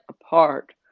apart